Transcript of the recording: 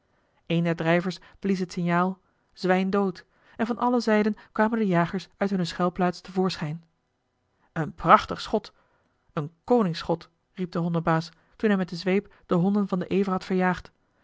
der drijvers blies het signaal zwijn dood en van alle zijden kwamen de jagers uit hunne schuilplaats te voorschijn een prachtig schot een koningsschot riep de hondenbaas toen hij met de zweep de honden van den ever had verjaagd